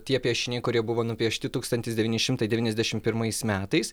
tie piešiniai kurie buvo nupiešti tūkstantis devyni šimtai devyniasdešim pirmais metais